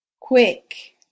quick